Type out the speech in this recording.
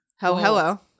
Hello